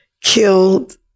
killed